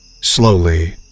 Slowly